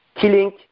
killing